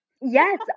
yes